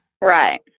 Right